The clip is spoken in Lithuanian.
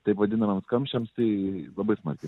taip vadinamams kamščiams tai labai smarkiai